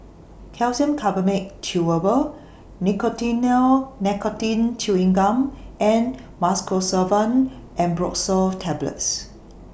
Calcium Carbonate Chewable Nicotinell Nicotine Chewing Gum and Mucosolvan Ambroxol Tablets